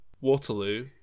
Waterloo